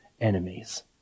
enemies